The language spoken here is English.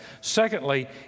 Secondly